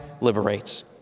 liberates